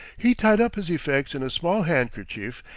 he tied up his effects in a small handkerchief,